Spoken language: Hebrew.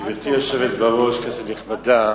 גברתי היושבת בראש, כנסת נכבדה,